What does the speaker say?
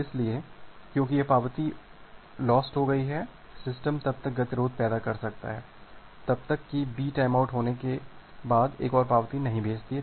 इसलिए क्योंकि यह पावती लॉस्ट हो गई हैं सिस्टम तब तक गतिरोध पैदा कर सकता है जब तक कि B टाइमआउट होने के बाद एक और पावती नहीं भेजता है